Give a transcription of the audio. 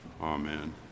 amen